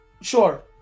Sure